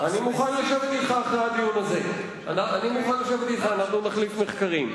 אני מוכן לשבת אתך אחרי הדיון הזה ואנחנו נחליף מחקרים.